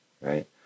right